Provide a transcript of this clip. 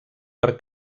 per